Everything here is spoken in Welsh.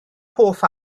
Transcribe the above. hoff